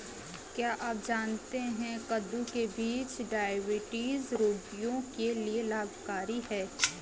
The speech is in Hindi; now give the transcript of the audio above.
क्या आप जानते है कद्दू के बीज डायबिटीज रोगियों के लिए लाभकारी है?